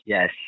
Yes